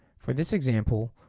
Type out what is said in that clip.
for this example,